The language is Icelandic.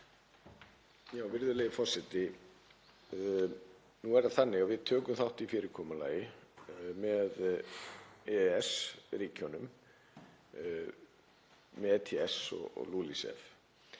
Virðulegi forseti. Nú er það þannig að við tökum þátt í fyrirkomulagi með EES-ríkjunum, með ETS og LULUCF.